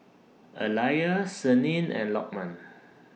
Alya Senin and Lokman